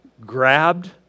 grabbed